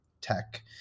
tech